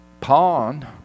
pawn